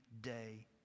day